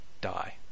die